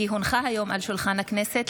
כי הונחו היום על שולחן הכנסת,